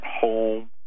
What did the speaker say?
home